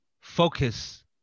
focus